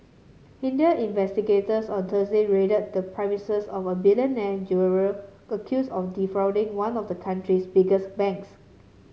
Indian investigators on Thursday raided the premises of a billionaire jeweller accused of defrauding one of the country's biggest banks